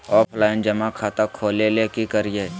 Offline जमा खाता खोले ले की करिए?